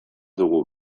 dugu